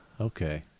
Okay